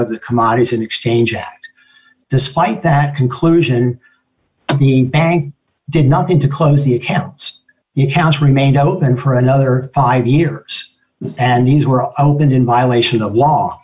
of the commodities in exchange and despite that conclusion the bank did nothing to close the accounts in house remained open for another five years and these were all been in violation of law